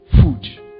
food